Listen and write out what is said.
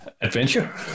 Adventure